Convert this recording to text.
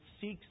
seeks